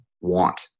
want